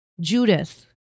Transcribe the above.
Judith